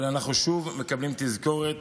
אבל אנחנו שוב מקבלים תזכורת